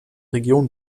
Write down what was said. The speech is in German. region